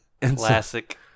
Classic